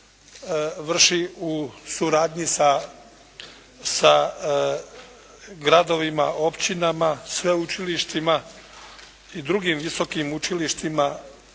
vrši u suradnji sa gradovima, općinama, sveučilištima i drugim visokim učilištima